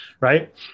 right